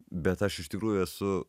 bet aš iš tikrųjų esu